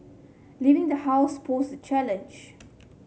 leaving the house posed a challenge